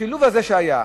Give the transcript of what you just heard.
השילוב הזה שהיה,